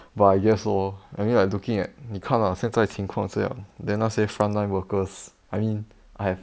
but I guess lor I mean like looking at 你看 lah 现在情况这样 then 那些 frontline workers I mean I have